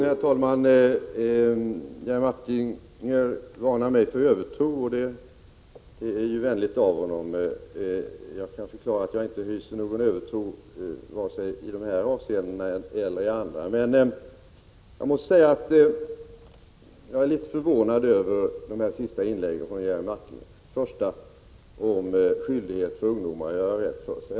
Herr talman! Jerry Martinger varnar mig för övertro, och det är ju vänligt av honom. Jag kan förklara att jag inte hyser någon övertro vare sig i dessa avseenden eller i andra. Men jag måste säga att jag är litet förvånad över det Jerry Martinger sade om skyldigheten för ungdomar att göra rätt för sig.